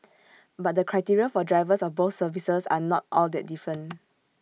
but the criteria for drivers of both services are not all that different